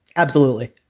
absolutely